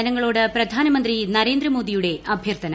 ജനങ്ങളോട് പ്രധാനമന്ത്രി നരേന്ദ്രമോദിയുടെ അഭ്യർത്ഥന